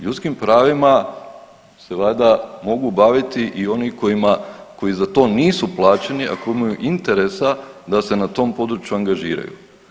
Ljudskim pravima se valjda mogu baviti i oni kojima koji za to nisu plaćeni, a koji imaju interesa na tom području angažiraju.